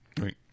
Right